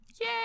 Yay